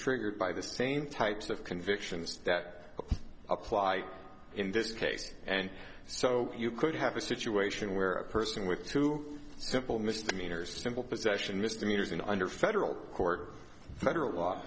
triggered by the same types of convictions that up apply in this case and so you could have a situation where a person with two simple misdemeanor simple possession misdemeanors and under federal court federal law